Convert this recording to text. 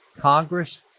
Congress